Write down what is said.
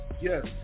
Yes